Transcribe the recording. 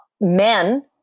men